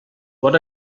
what